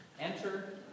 Enter